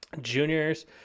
juniors